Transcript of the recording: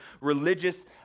religious